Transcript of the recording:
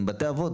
עם בית אבות,